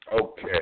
Okay